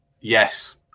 yes